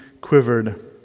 quivered